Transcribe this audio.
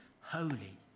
holy